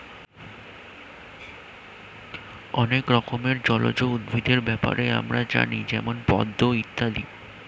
অনেক রকমের জলজ উদ্ভিদের ব্যাপারে আমরা জানি যেমন পদ্ম ইত্যাদি